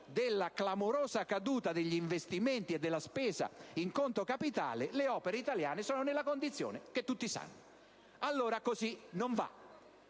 della clamorosa caduta degli investimenti e della spesa in conto capitale, le opere italiane sono nella condizione che tutti conoscono. Così non va,